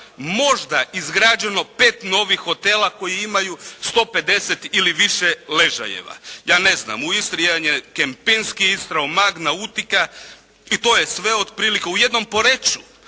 možda izgrađeno 5 novih hotela koji imaju 150 ili više ležajeva. Ja ne znam, u Istri jedan je Kempinski Istra, Umag Nautika i to je sve otprilike. U jednom Poreču